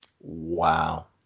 Wow